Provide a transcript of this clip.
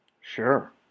Sure